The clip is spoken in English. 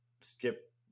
skip